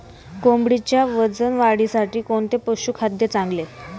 कोंबडीच्या वजन वाढीसाठी कोणते पशुखाद्य चांगले?